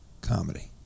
comedy